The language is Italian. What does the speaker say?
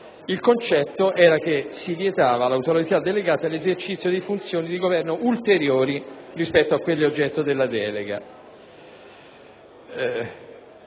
consisteva nel divieto all'Autorità delegata dell'esercizio di funzioni di Governo ulteriori rispetto a quelle oggetto della delega.